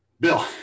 Bill